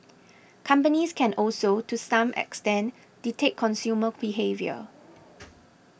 companies can also to some extent dictate consumer behaviour